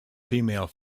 female